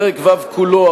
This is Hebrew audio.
פרק ו' כולו,